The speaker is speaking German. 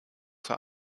zur